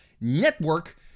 Network